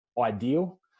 ideal